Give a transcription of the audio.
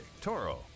Toro